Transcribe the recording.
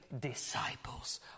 disciples